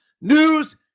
news